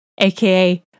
aka